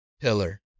pillar